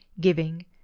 giving